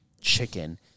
chicken